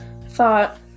thought